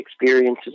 experiences